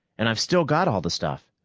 and i've still got all the stuff.